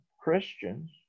Christians